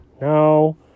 No